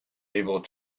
able